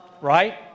Right